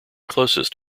closest